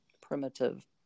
primitive